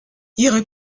ihre